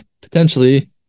potentially